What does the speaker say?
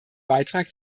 beitrag